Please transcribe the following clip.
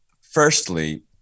Firstly